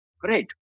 great